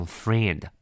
friend